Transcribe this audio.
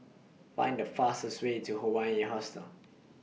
Find The fastest Way to Hawaii Hostel